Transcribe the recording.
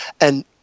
And-